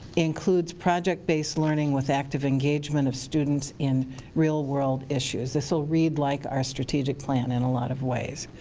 includes project-based learning with active engagement of students in real-world issues. this will read like our strategic plan in a lot of ways.